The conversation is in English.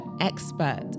expert